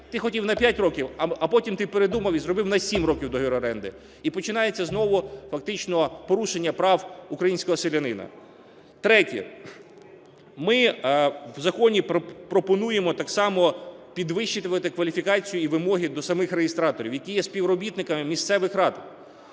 ти хотів на 5 років, а потім ти передумав і зробив на 7 років договір оренди. І починається знову фактично порушення прав українського селянина. Третє. Ми в законі пропонуємо так само підвищувати кваліфікацію і вимоги до самих реєстраторів, які є співробітниками місцевих рад.